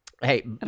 hey